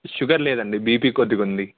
sugar లేదండి BP కొద్దిగా ఉంది